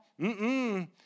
Mm-mm